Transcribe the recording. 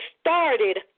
started